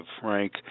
Frank